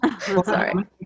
sorry